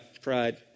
pride